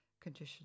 condition